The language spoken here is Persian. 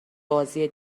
بازی